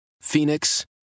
Phoenix